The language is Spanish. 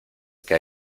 que